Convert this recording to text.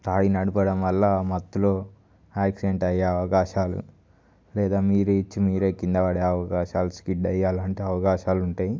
తాగి నడపడం వల్ల మత్తులో యాక్సిడెంట్ అయ్యే అవకాశాలు లేదా మీరే ఇచ్చి మీరు కింద పడే అవకాశాలు స్కిడ్ అలాంటి అవకాశాలు ఉంటాయి